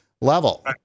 level